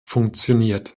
funktioniert